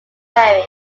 berry